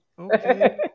okay